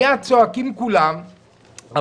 חבר הכנסת משה